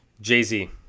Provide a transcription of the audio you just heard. Jay-Z